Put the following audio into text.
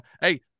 hey